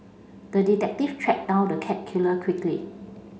the detective tracked down the cat killer quickly